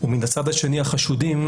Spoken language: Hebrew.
ומהצד השני החשודים,